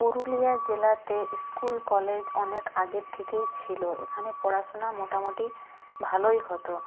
পুরুলিয়া জেলাতে school college অনেক আগের থেকেই ছিল এখানে পড়াশোনা মোটামুটি ভালোই হত